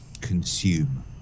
consume